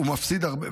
הוא מפסיד הרבה.